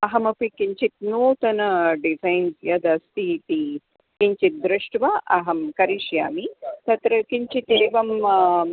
अहमपि किञ्चित् नूतनं डिज़ैन् यदस्ति इति किञ्चित् दृष्ट्वा अहं करिष्यामि तत्र किञ्चित् एवम्